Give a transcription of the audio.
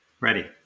Ready